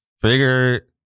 figure